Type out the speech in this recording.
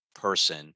person